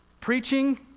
preaching